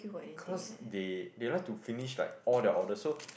cause they they like to finish like all their orders so